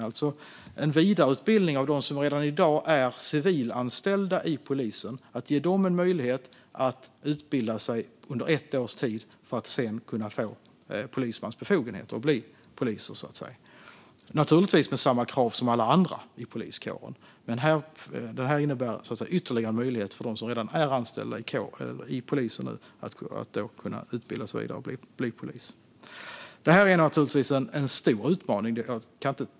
Det är alltså en vidareutbildning av dem som redan i dag är civilanställda i polisen som ger dem möjlighet att utbilda sig under ett års tid för att sedan kunna få polismans befogenheter och bli poliser - naturligtvis med samma krav som alla andra i poliskåren. Det här innebär ytterligare en möjlighet för den som redan är anställd i polisen att vidareutbilda sig och bli polis. Det här är naturligtvis en stor utmaning.